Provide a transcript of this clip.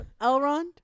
Elrond